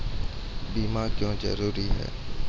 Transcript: बीमा क्यों जरूरी हैं?